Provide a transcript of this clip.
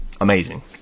Amazing